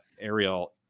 Ariel